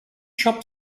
shop